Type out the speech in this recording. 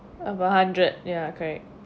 about hundred ya correct